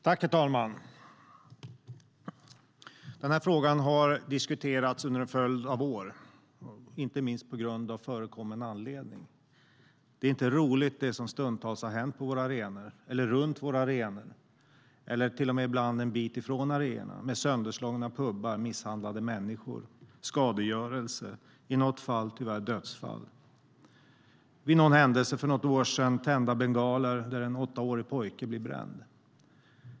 Herr talman! Den här frågan har diskuterats under en följd av år, inte minst på förekommen anledning. Det som stundtals har hänt på och runt våra arenor är inte roligt. Ibland har det till och med hänt en bit ifrån våra arenor, med sönderslagna pubar, misshandlade människor och skadegörelse - i något fall tyvärr dödsfall. Vid någon händelse för något år sedan blev en åttaårig pojke bränd när bengaler tändes.